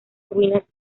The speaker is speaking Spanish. ruinas